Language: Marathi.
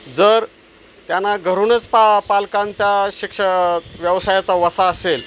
जर त्यांना घरूनच पा पालकांच्या शिक्ष व्यवसायाचा वसा असेल